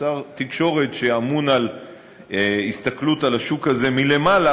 כשר התקשורת שאמון על הסתכלות על השוק הזה מלמעלה,